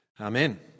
amen